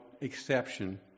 exception